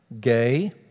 Gay